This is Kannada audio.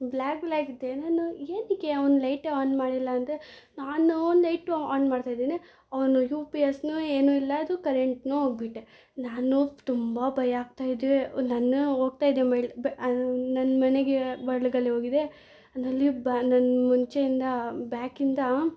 ಬ್ಲ್ಯಾಕ್ ಬ್ಲ್ಯಾಕಿತ್ತು ಏನೇನೋ ಏನಕ್ಕೆ ಅವ್ನು ಲೈಟೇ ಆನ್ ಮಾಡಿಲ್ಲ ಅಂದೆ ನಾನು ಲೈಟು ಆನ್ ಮಾಡ್ತಾಯಿದ್ದೆನೆ ಅವನು ಯು ಪಿ ಎಸ್ನು ಏನು ಇಲ್ಲ ಅದು ಕರೆಂಟ್ನು ಹೋಗ್ಬಿಟ್ಟೆ ನಾನು ತುಂಬ ಭಯ ಆಗ್ತಾಯಿದೆ ನನ್ನ ಹೋಗ್ತಾಯಿದ್ದೆ ಮೇಲೆ ದ್ ನನ್ನ ಮನೆಗೆ ಒಳಗಡೆ ಹೋಗಿದ್ದೆ ನಲ್ಲಿ ಬ ನನ್ನ ಮುಂಚೆಯಿಂದ ಬ್ಯಾಕಿಂದ